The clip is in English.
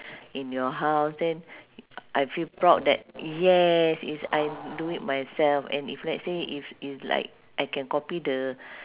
in your house then I feel proud that yes it's I do it myself and if let's say if it's like I can copy the